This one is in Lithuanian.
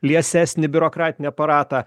liesesnį biurokratinį aparatą